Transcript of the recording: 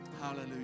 Hallelujah